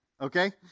Okay